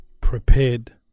prepared